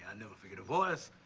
and never forget a voice.